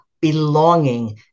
belonging